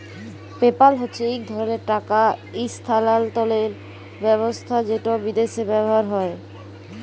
PayPal হছে ইক ধরলের টাকা ইসথালালতরের ব্যাবস্থা যেট বিদ্যাশে ব্যাভার হয়